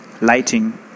lighting